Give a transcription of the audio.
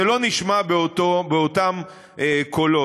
זה לא נשמע באותם קולות.